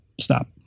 stop